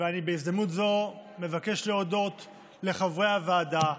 ובהזדמנות זו אני מבקש להודות לחברי הוועדה,